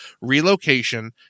relocation